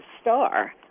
star